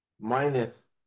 Minus